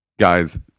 Guys